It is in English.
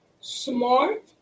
smart